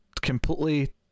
completely